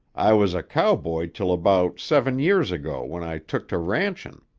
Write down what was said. i was a cowboy till about seven years ago when i took to ranchin'.